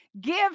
Give